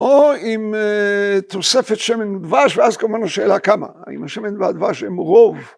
או אם תוספת שמן דבש, ואז כמובן לא שאלה כמה, אם השמן והדבש הם רוב.